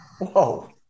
Whoa